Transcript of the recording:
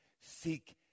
seek